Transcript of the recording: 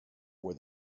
where